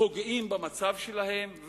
פוגעים במצב שלהם,